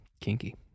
Kinky